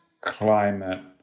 climate